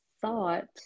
thought